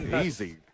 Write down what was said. Easy